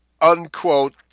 unquote